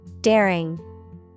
Daring